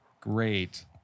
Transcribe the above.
Great